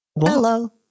Hello